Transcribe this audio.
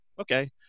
Okay